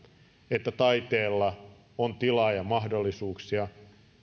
että taiteella on tilaa ja mahdollisuuksia